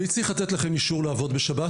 מי צריך לתת לכם אישור לעבוד בשבת?